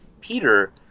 Peter